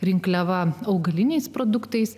rinkliava augaliniais produktais